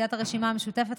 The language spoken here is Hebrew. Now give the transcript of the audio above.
סיעת הרשימה המשותפת,